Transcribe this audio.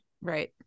right